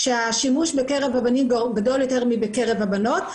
כשהשימוש בקרב הבנים גדול יותר מבקרב הבנות.